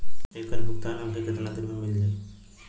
ऐकर भुगतान हमके कितना दिन में मील जाई?